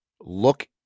look